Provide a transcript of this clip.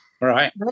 Right